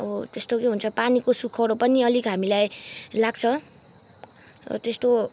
अब त्यस्तो के भन्छ पानीको सुकौरो पनि अलिक हामीलाई लाग्छ त्यस्तो